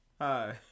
Hi